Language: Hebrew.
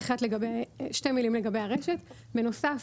בנוסף,